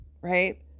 right